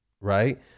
Right